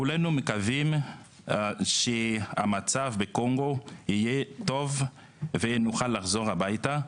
כולנו מקווים שהמצב בקונגו יהיה טוב ונוכל לחזור הביתה,